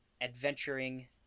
adventuring